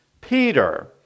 Peter